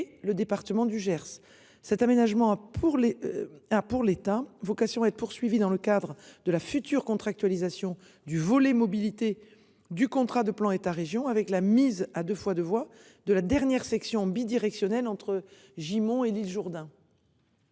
le département du Gers. Cet aménagement pour les ah pour l'État, vocation à être poursuivi dans le cadre de la future contractualisation du volet mobilité du contrat de plan État État-Région avec la mise à 2 fois 2 voies de la dernière section bidirectionnel entre Gimont et L'Isle-Jourdain.